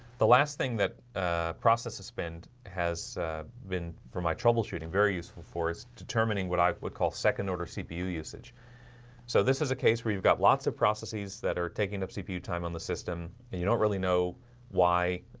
the last thing that ah processes spend has been for my troubleshooting very useful for is determining what i would call second order cpu usage so this is a case where you've got lots of processes that are taking up cpu time on the system and you don't really know why?